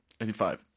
85